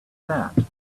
that